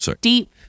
deep